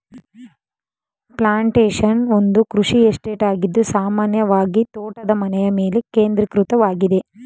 plantation ಒಂದು ಕೃಷಿ estate ಆಗಿದ್ದು ಸಾಮಾನ್ಯವಾಗಿತೋಟದ ಮನೆಯಮೇಲೆ ಕೇಂದ್ರೀಕೃತವಾಗಿದೆ